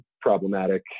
problematic